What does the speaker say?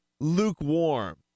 lukewarm